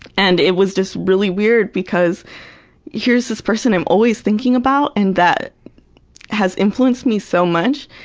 and it was just really weird, because here's this person i'm always thinking about and that has influenced me so much,